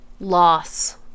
loss